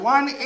One